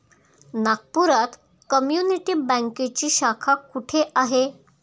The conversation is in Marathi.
नागपुरात कम्युनिटी बँकेची शाखा कुठे आहे?